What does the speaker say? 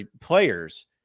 players